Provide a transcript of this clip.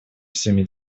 всеми